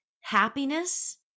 happiness